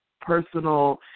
personal